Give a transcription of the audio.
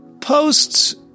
Posts